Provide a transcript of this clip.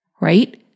Right